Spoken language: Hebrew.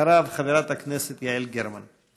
אחריו, חברת הכנסת יעל גרמן.